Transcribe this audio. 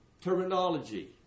terminology